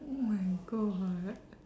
oh my god